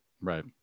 Right